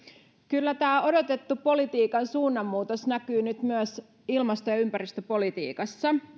kyllä tämä odotettu politiikan suunnanmuutos näkyy nyt myös ilmasto ja ympäristöpolitiikassa